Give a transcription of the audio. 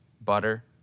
Butter